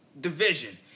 division